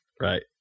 right